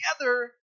together